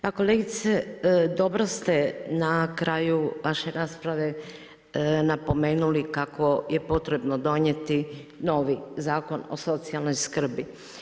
Pa kolegice, dobro ste na kraju vaše rasprave napomenuli kako je potrebno donijeti novi zakon o socijalnoj skrbi.